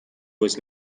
was